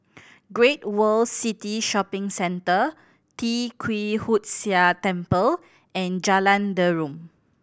Great World City Shopping Centre Tee Kwee Hood Sia Temple and Jalan Derum